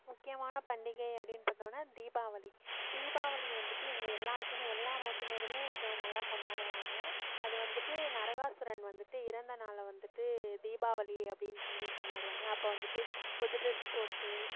முக்கியமான பண்டிகை அப்படின்னு பார்த்தோனா தீபாவளி தீபாவளி வந்துவிட்டு எங்கள் எல்லோருக்குமே எல்லா மதத்தினரும் நல்லா கொண்டாடுவாங்க அது வந்துவிட்டு நரகாசுரன் வந்துவிட்டு இறந்த நாளை வந்துவிட்டு தீபாவளி அப்படின்னு சொல்லி கொண்டாடுவாங்க அப்போ வந்துவிட்டு புது ட்ரெஸ் போட்டு